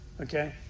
Okay